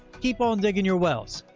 keep on digging your wells.